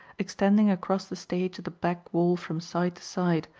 extending across the stage at the back wall from side to side,